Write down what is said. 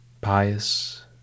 pious